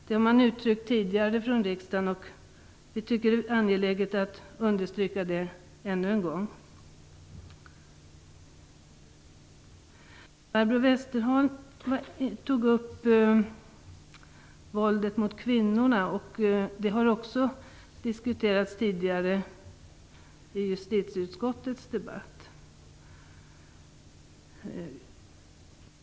Detta har uttryckts tidigare från riksdagens sida, och vi tycker att det är angeläget att understryka det ännu en gång. Barbro Westerholm tog upp våldet mot kvinnorna, och den frågan har också diskuterats under debatten om justitieutskottets betänkande.